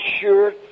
sure